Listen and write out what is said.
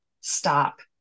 stop